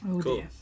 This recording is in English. Cool